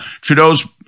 Trudeau's